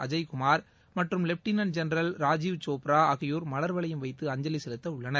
அஜய் குமார் மற்றும் வெப்டினள் ஜெனரல் ராஜுவ் கோப்ரா ஆகியோர் மன் வளையம் எவத்து அஞ்சவி செலுத்த உள்ளன்